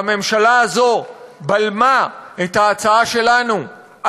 והממשלה הזאת בלמה את ההצעה שלנו,